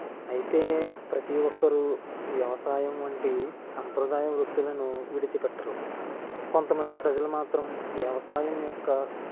అయితే ప్రతి ఒక్కరూ వ్యవసాయం వంటి సంప్రదాయ వృత్తులను విడిచిపెట్టరు కొంతమంది ప్రజలు మాత్రం వ్యవసాయం యొక్క